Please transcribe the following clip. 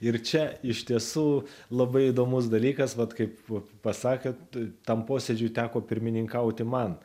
ir čia iš tiesų labai įdomus dalykas vat kaip pasakant tam posėdžiui teko pirmininkauti man